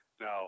Now